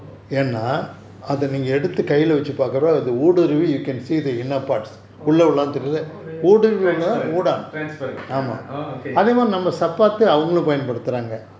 transfer transfer orh okay